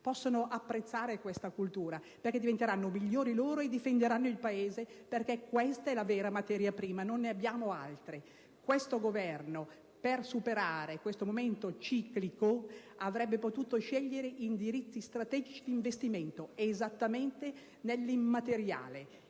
possano apprezzare questa cultura, perché diventeranno migliori loro e difenderanno il Paese, perché questa è la vera materia prima, non ne abbiamo altre. Questo Governo, per superare questo momento ciclico, avrebbe potuto scegliere indirizzi strategici di investimento esattamente nell'immateriale,